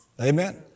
Amen